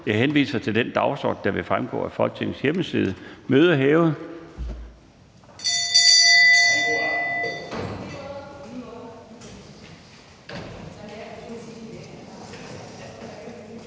Jeg henviser til den dagsorden, der fremgår af Folketingets hjemmeside. Mødet er hævet.